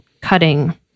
cutting